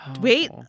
Wait